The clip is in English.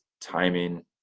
timing